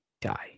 die